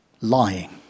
lying